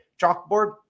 Chalkboard